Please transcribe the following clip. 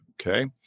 Okay